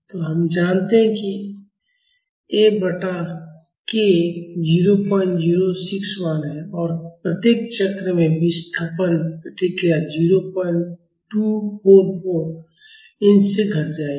तो हम जानते हैं कि F बटा k 0061 है और प्रत्येक चक्र में विस्थापन प्रतिक्रिया 0244 इंच से घट जाएगी